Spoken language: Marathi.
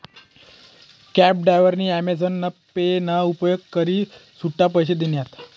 कॅब डायव्हरनी आमेझान पे ना उपेग करी सुट्टा पैसा दिनात